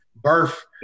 Birth